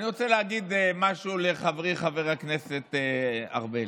אני רוצה להגיד משהו לחברי חבר הכנסת ארבל.